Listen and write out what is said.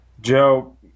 Joe